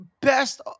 best